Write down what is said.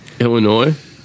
Illinois